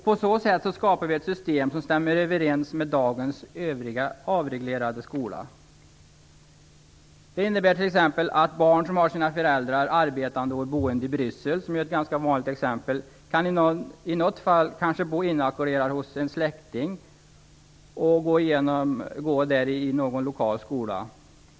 På så sätt skapar vi ett system som stämmer överens med dagens övriga avreglerade skola. Det innebär t.ex. att barn som har sina föräldrar arbetande och boende i Bryssel, som ju är ett ganska vanligt exempel, i något fall kanske bor inackorderade hos en släkting och går i någon lokal skola.